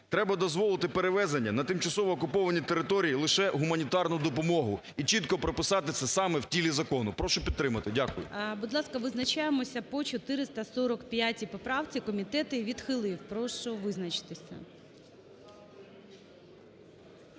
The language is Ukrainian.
треба дозволити перевезення на тимчасово окуповані території лише гуманітарну допомогу, і чітко прописати це саме в тілі закону. Прошу підтримати. Дякую. ГОЛОВУЮЧИЙ. Будь ласка, визначаємося по 445 поправці. Комітет її відхилив, прошу визначитися.